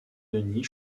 denis